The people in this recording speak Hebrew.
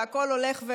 והכול הולך,